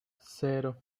cero